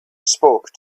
spoke